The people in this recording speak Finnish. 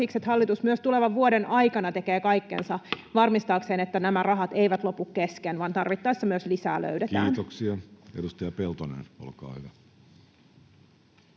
siksi, että hallitus myös tulevan vuoden aikana tekee kaikkensa varmistaakseen, että nämä rahat eivät lopu kesken vaan tarvittaessa myös lisää löydetään. Kiitoksia. — Edustaja Peltonen, olkaa hyvä.